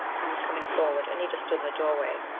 he was coming forward. anita stood in the doorway.